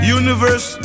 universe